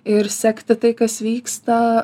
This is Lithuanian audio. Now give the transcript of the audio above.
ir sekti tai kas vyksta